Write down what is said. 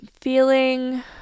Feeling